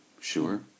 Sure